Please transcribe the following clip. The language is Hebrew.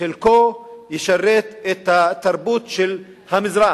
חלקו ישרת את התרבות של המזרח,